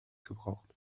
gebraucht